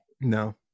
No